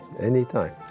anytime